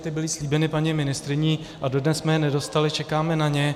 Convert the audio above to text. Ty byly slíbeny paní ministryní a dodnes jsme je nedostali, čekáme na ně.